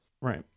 Right